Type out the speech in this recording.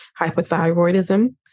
hypothyroidism